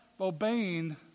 obeying